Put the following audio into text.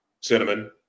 Cinnamon